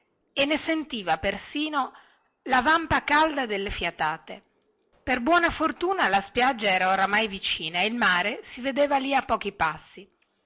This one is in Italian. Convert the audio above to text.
e ne sentiva perfino la vampa calda delle fiatate per buona fortuna la spiaggia era oramai vicina e il mare si vedeva lì a pochi passi